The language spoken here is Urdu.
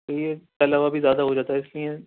اس لئے تلا ہوا بھی زیادہ ہو جاتا ہے اس لئے